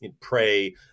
pray